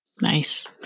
Nice